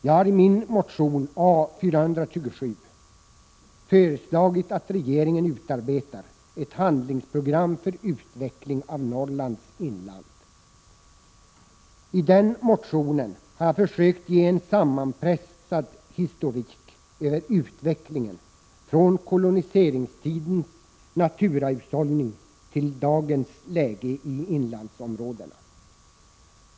Jag har i min motion A427 föreslagit att regeringen utarbetar ett handlingsprogram för utveckling av Norrlands inland. I den motionen har jag försökt ge en sammanpressad historik över utvecklingen från koloniseringstidens naturahushållning till dagens läge i inlandsområdena.